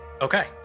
Okay